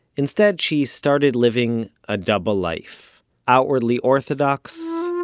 instead, she started living a double life outwardly orthodox,